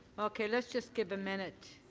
okay. let's just give a minute.